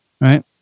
right